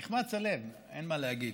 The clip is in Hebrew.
נחמץ הלב, אין מה להגיד.